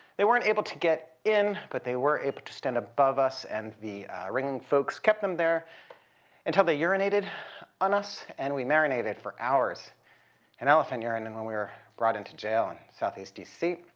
they weren't able to get in but they were able to stand above us and the ring folks kept them there until they urinated on us and we marinated for hours in elephant urine, and then we were brought into jail in southeast dc.